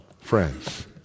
friends